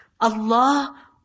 Allah